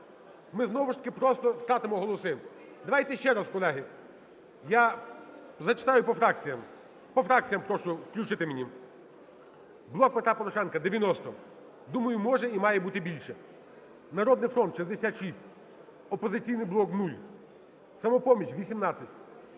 ми знову ж таки просто втратимо голоси. Давайте ще раз, колеги. Я зачитаю по фракціям. По фракціям прошу включити мені. "Блок Петра Порошенка" – 90. Думаю, може і має бути більше. "Народний фронт" – 66, "Опозиційний блок" – 0, "Самопоміч"